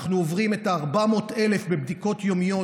ואנחנו עוברים את ה-400,000 בבדיקות יומיות,